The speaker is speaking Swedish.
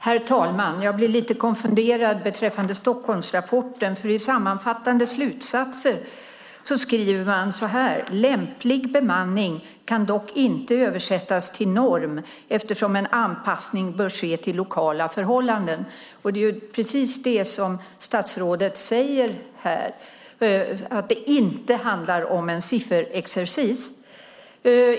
Herr talman! Jag blir lite konfunderad beträffande Stockholmsrapporten, för i sammanfattande slutsatser skriver man: Lämplig bemanning kan dock inte översättas till norm eftersom en anpassning bör ske till lokala förhållanden. Precis som statsrådet säger handlar det inte om en sifferexercis.